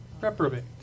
reprobate